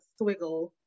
swiggle